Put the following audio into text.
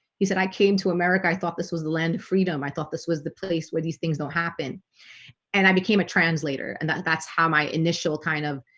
he said i came to america. i thought this was the land of freedom i thought this was the place where these things don't happen and i became a translator and that's how my initial kind of